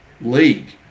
league